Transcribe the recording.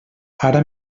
ara